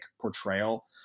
portrayal